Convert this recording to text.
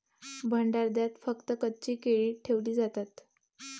भंडारदऱ्यात फक्त कच्ची केळी ठेवली जातात